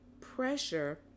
pressure